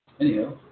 Anyhow